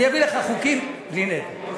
אני אביא לך חוקים, בלי נדר.